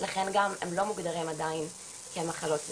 לכן גם הם לא מוגדרים עדיין כמחלות נפש.